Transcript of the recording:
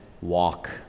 walk